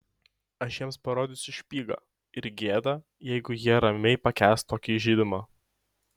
aš jiems parodysiu špygą ir gėda jeigu jie ramiai pakęs tokį įžeidimą